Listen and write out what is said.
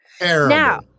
Now